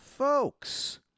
Folks